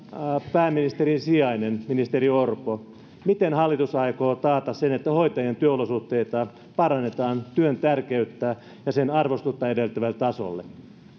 pääministerin sijainen ministeri orpo miten hallitus aikoo taata sen että hoitajien työolosuhteita parannetaan työn tärkeyttä ja sen arvostusta edellyttävälle tasolle